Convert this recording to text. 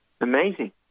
Amazing